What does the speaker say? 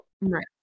right